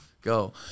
go